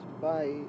bye